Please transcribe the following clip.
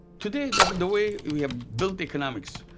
today the way we we have built economics,